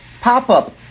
pop-up